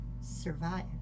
survive